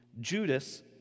Judas